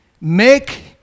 make